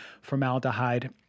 formaldehyde